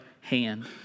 hand